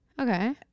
Okay